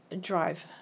drive